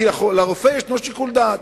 כי לרופא יש שיקול דעת.